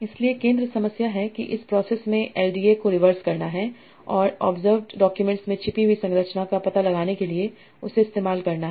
इसलिए केंद्र समस्या है कि इस प्रोसेस में एलडीए को रिवर्स करना है और ओब्ज़र्व्ड डाक्यूमेंट्स के छिपी हुई संरचना का पता लगाने के लिए उसे इस्तेमाल करना है